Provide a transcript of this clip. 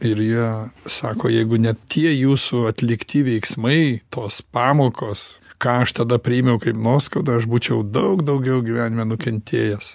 ir jie sako jeigu ne tie jūsų atlikti veiksmai tos pamokos ką aš tada priėmiau kaip nuoskaudą aš būčiau daug daugiau gyvenime nukentėjęs